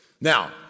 Now